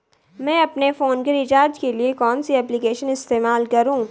मैं अपने फोन के रिचार्ज के लिए कौन सी एप्लिकेशन इस्तेमाल करूँ?